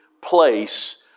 place